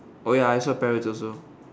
oh ya I saw parrots also